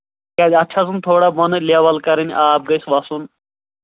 کیٛازِ اَتھ چھِ آسان تھوڑا بۄنہٕ لیوَل کرٕنۍ آب گژھِ وَسُن